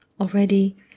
already